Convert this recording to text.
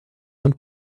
und